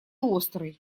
острый